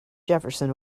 jefferson